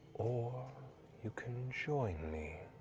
or you can join me,